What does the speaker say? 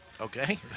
Okay